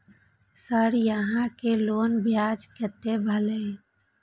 Sir यहां के loan ब्याज कतेक भेलेय?